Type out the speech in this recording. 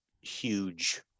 huge